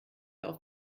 auf